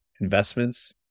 Investments